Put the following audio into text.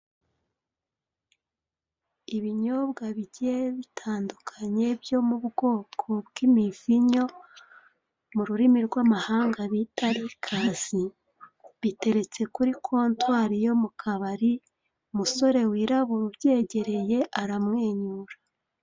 Ibinyobwa bigiye bitandukanye byo mu bwoko bw'imivinyo, mu rurimi rw'amahanga bita likazi, biteretse kuri kontwari yo mu kabari, umusore wirabura ubyegereye aramwenyura.